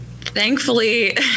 thankfully